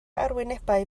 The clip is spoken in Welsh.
arwynebau